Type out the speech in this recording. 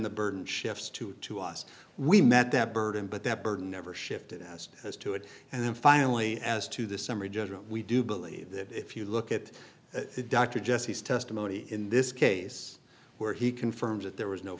the burden shifts to to us we met that burden but that burden never shifted as as to it and then finally as to the summary judgment we do believe that if you look at dr jesse's testimony in this case where he confirms that there was no